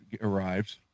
arrives